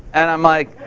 and i'm like,